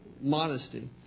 modesty